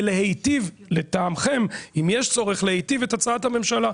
ולהיטיב לטעמכם אם יש צורך להיטיב את הצעת הממשלה,